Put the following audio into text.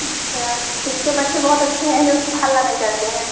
अच्छा किसके बच्चे बहुत अच्छे है जो हल्ला नहीं करते हैं